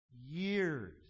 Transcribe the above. years